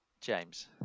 James